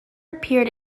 appeared